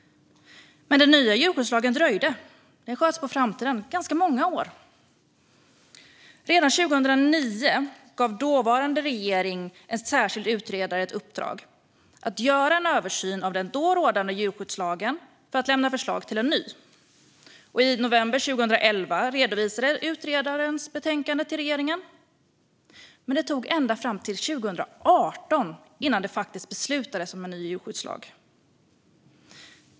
Men den nya djurskyddslagen dröjde. Den sköts på framtiden i ganska många år. Redan 2009 gav den dåvarande regeringen en särskild utredare i uppdrag att göra en översyn av den då rådande djurskyddslagen och lämna förslag till en ny. I november 2011 redovisades utredarens betänkande för regeringen - men det tog ända fram till 2018 innan det faktiskt beslutades om en ny djurskyddslag.